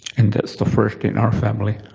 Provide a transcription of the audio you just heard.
and that's the first in our family.